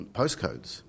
postcodes